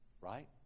right